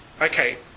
Okay